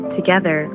Together